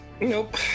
Nope